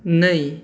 नै